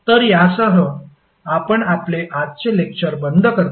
तर यासह आपण आपले आजचे लेक्टर बंद करतो